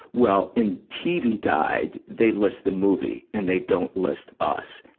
well, in tv guide they list the movie and they don't list us,